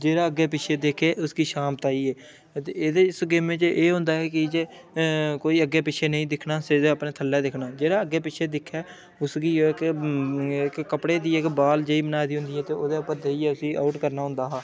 जेह्ड़ा अग्गै पिच्छै दिक्खै उसकी शामत आई जे ते एह्दे च इस गेमै च एह् होंदा ऐ की जे कोई अग्गै पिच्छै नेईं दिक्खना सिद्धे अपने थल्लै दिक्खना जेह्ड़ा अग्गै पिच्छै दिक्खै उसगी एह् ऐ केह् कपड़े दी इक बाल जेही बनाई दी होंदी ऐ ते ओह्दे उप्पर जाइयै उसी आऊट करना होंदा हा